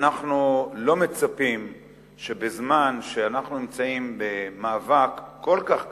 שאנחנו לא מצפים שבזמן שאנחנו נמצאים במאבק כל כך קשה,